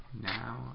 now